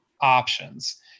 options